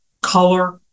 color